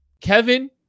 Kevin